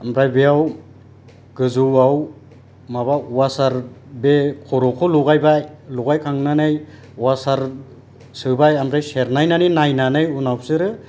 ओमफ्राय बेयाव गोजौआव माबा अवासार बे खर'खौ लगायबाय लगायखांनानै अवासार सोबाय ओमफ्राय सेरनायनानै नायनानै उनाव बिसोरो